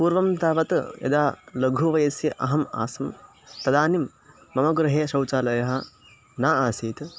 पूर्वं तावत् यदा लघुवयसि अहम् आसं तदानीं मम गृहे शौचालयः न आसीत्